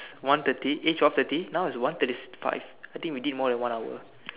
one thirty eh twelve thirty one is one thirty five I think we did more than one hour